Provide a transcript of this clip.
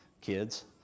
kids